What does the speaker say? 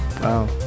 Wow